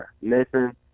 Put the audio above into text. nathan